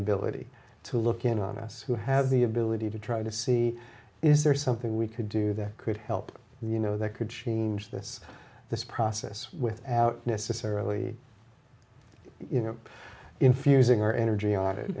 ability to look in on us who have the ability to try to see is there something we could do that could help you know that could change this this process without necessarily you know infusing our energy